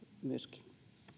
myöskin